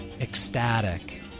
ecstatic